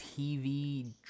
TV